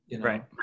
right